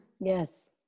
Yes